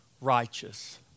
righteous